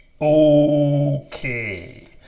Okay